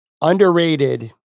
underrated